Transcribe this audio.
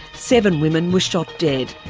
seven women were shot dead.